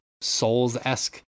souls-esque